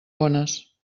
bones